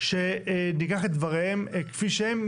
שניקח את דבריהם כפי שהם.